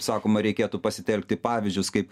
sakoma reikėtų pasitelkti pavyzdžius kaip